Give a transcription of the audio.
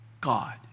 God